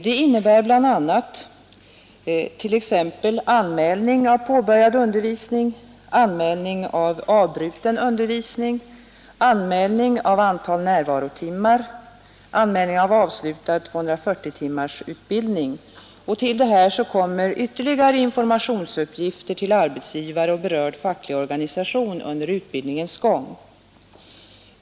Det innebär bl.a. anmälning av påbörjad undervisning, anmälning av avbruten undervisning, anmälning av antal närvarotimmar och anmälning av avslutad 240-timmars utbildning. Till detta kommer ytterligare informationsuppgifter till arbetsgivare och berörd facklig organisation under utbildningens gång.